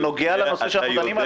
זה נוגע לנושא שאנחנו מדברים עליו.